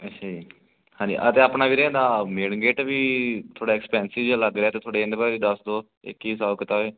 ਅੱਛਾ ਜੀ ਹਾਂਜੀ ਅਤੇ ਆਪਣਾ ਵੀਰੇ ਇਹਦਾ ਮੇਨ ਗੇਟ ਵੀ ਥੋੜ੍ਹਾ ਐਕਸਪੈਂਸਿਵ ਜਿਹਾ ਲੱਗ ਰਿਹਾ ਅਤੇ ਥੋੜ੍ਹੇ ਇਹਦੇ ਬਾਰੇ ਦੱਸ ਦਿਓ ਇਹ ਕੀ ਹਿਸਾਬ ਕਿਤਾਬ ਹੈ